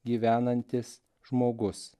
gyvenantis žmogus